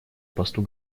посту